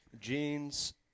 Jeans